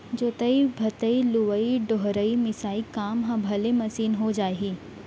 जोतइ भदई, लुवइ डोहरई, मिसाई काम ह भले मसीन हो जाही